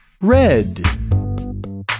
Red